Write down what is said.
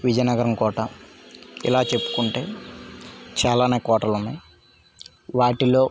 విజయనగరం కోట ఇలా చెప్పుకుంటే చాలానే కోటలు ఉన్నాయి వాటిలో